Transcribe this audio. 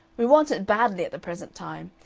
we want it badly at the present time.